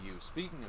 speaking